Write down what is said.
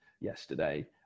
yesterday